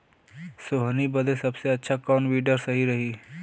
सोहनी बदे सबसे अच्छा कौन वीडर सही रही?